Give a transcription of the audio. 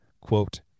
quote